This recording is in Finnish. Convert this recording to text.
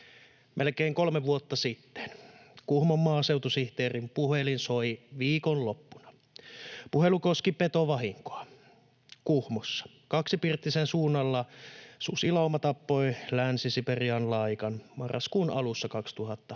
Melkein kolme vuotta sitten Kuhmon maaseutusihteerin puhelin soi viikonloppuna. Puhelu koski petovahinkoa Kuhmossa. Kaksipirttisen suunnalla susilauma tappoi länsisiperianlaikan marraskuun alussa 2019